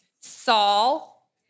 Saul